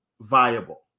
viable